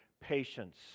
patience